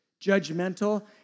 judgmental